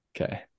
Okay